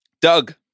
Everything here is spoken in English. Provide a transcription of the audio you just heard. Doug